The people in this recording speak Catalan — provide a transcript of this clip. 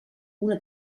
una